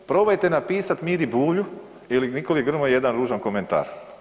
Probajte napisati Miri Bulju ili Nikoli Grmoji jedan ružan komentar.